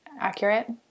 accurate